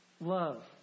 Love